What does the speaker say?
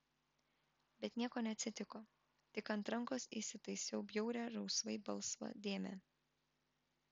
bet nieko neatsitiko tik ant rankos įsitaisiau bjaurią rausvai balsvą dėmę